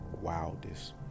wildest